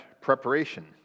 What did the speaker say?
preparation